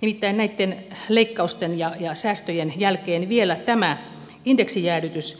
nimittäin näitten leikkausten ja säästöjen jälkeen vielä tämä indeksijäädytys